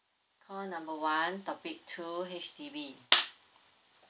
call number one topic two H_D_B